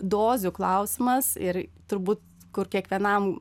dozių klausimas ir turbūt kur kiekvienam